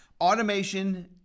Automation